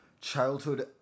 childhood